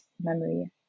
memory